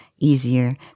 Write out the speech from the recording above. easier